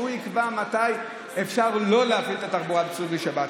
שהוא יקבע מתי אפשר להפעיל את התחבורה הציבורית בשבת.